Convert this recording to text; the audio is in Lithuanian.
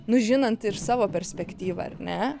nu žinant ir savo perspektyvą ar ne